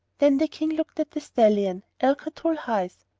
then the king looked at the stallion, al-katul highs,